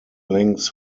links